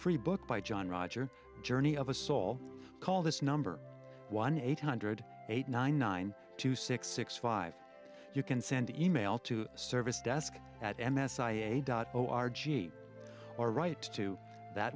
free book by john roger journey of a soul call this number one eight hundred eight nine nine two six six five you can send e mail to service desk at m s i e dot au r g r right to that